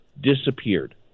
disappeared